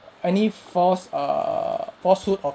any false err falsehood of